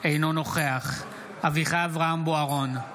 אינו נוכח אביחי אברהם בוארון,